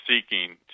seeking